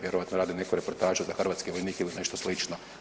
Vjerojatno radi neku reportažu za hrvatske vojnike ili nešto slično.